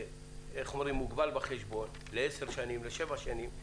כמוגבל בחשבון לעשר שנים, לשבע שנים,